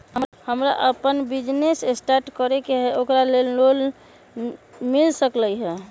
हमरा अपन business start करे के है ओकरा लेल लोन मिल सकलक ह?